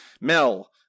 Mel